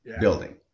building